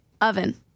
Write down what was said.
oven